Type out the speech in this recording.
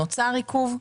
נוצר עיכוב?